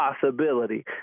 possibility